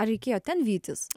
ar reikėjo ten vytis